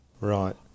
Right